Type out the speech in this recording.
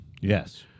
Yes